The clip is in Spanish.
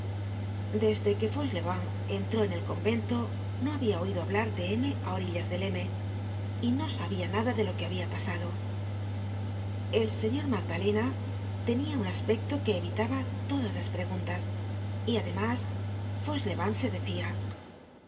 desde que fauchelevent entró en el convento no habia oido hablar de m á orillas del m y no sabia nada de lo que habia pasado el señor magdalena tenia un aspecto que evitaba todas las preguntas y además fauchelevent se decia